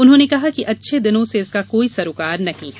उन्होंने कहा कि अच्छे दिनों से इसका कोई सरोकार नहीं है